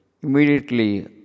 immediately